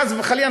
חס וחלילה,